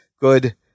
good